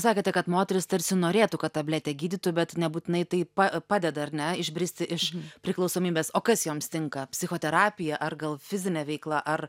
sakėte kad moterys tarsi norėtų kad tabletė gydytų bet nebūtinai tai pa padeda ar ne išbristi iš priklausomybės o kas joms tinka psichoterapija ar gal fizinė veikla ar